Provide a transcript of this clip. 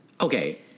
Okay